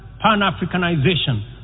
pan-Africanization